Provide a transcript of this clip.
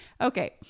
okay